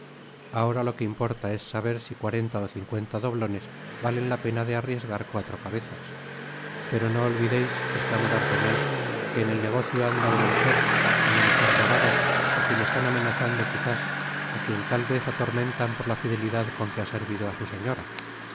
ahora lo que importa es saber si cuarenta ó cincuenta doblones valen la pena de arriesgar cuatro cabezas pero no olvideis esclamó dartagnan que en el negocio anda una mujer una mujer robada á quien están amenazando quizás á quien tal vez atormentan por la fidelidad con que ha servido á su señora